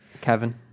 Kevin